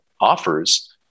offers